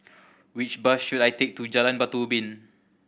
which bus should I take to Jalan Batu Ubin